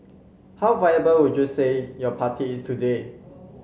how viable would you say your party is today